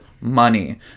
money